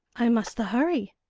i must the hurry,